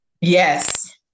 yes